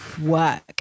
work